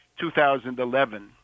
2011